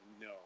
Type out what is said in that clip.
no